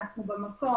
במקור,